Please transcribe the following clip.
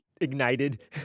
ignited